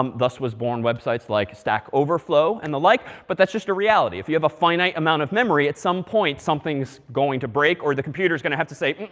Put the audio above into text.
um thus was born websites like stack overflow, and the like. but that's just a reality. if you have a finite amount of memory, at some point, something's going to break. or the computer's going to have to say,